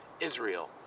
Israel